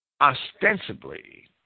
Ostensibly